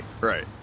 right